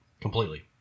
completely